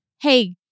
Hey